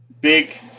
big